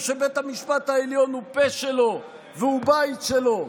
שבית המשפט הוא פה שלו והוא בית שלו.